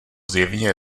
zjevně